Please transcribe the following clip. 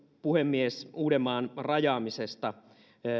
puhemies uudenmaan rajaamisesta